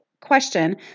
question